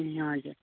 ए हजुर